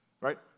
right